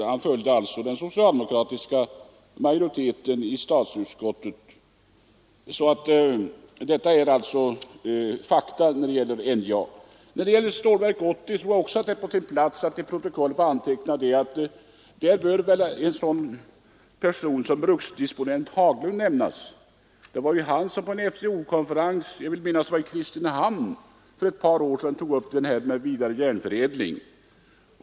Detta är alltså fakta när det gäller tillkomsten av NJA. I fråga om Stålverk 80 är det väl på sin plats att till protokollet få anteckna att en person som bruksdisponenten Haglund bör nämnas. Det var ju han som på en FCO-konferens — jag vill minnas det var i Kristinehamn — för ett par år sedan tog upp frågan om vidare järnförädling.